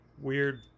weird